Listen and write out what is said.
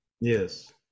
Yes